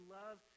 love